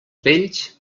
vells